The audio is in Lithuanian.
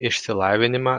išsilavinimą